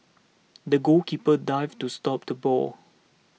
the goalkeeper dived to stop the ball